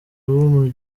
ubu